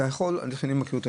איך שאני מכיר אותו,